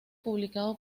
publicado